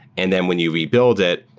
and and when you rebuild it,